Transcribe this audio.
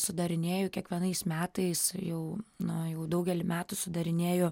sudarinėju kiekvienais metais jau na jau daugelį metų sudarinėju